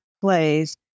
plays